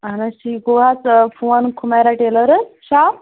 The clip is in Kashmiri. اہن حظ ٹھیٖک یہ گوٚو حظ فون خُمیرا ٹیلَر شاپ